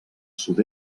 sud